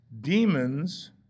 demons